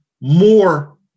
more